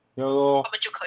yeah lor